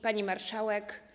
Pani Marszałek!